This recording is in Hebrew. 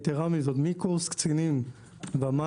יתרה מזאת, מקורס קצינים ומעלה,